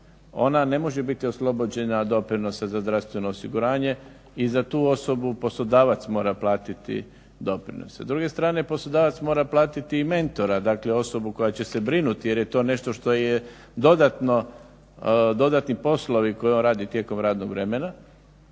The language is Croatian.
ona ne može biti oslobođena doprinosa za zdravstveno osiguranje i za tu osobu poslodavac mora platiti doprinose. S druge strane poslodavac mora platiti i mentora, dakle osobu koja će se brinuti jer je to nešto što su dodatni poslovi koje on radi tijekom radnog vremena.